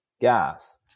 gas